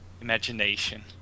imagination